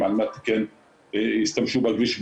מהתושבים להשתמש בכביש.